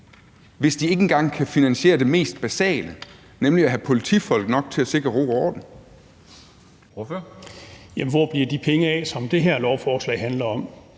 hvis de ikke engang kan finansiere det mest basale, nemlig at have politifolk nok til at sikre ro og orden? Kl. 10:46 Formanden (Henrik Dam